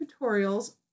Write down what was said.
tutorials